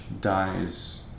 dies